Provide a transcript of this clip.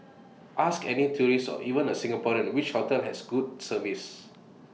ask any tourist or even A Singaporean which hotel has good service